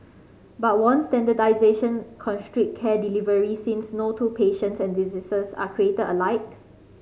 but won't standardisation constrict care delivery since no two patients and diseases are created alike